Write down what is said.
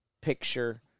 picture